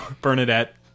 bernadette